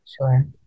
Sure